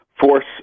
force